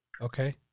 Okay